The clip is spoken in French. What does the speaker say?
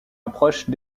approche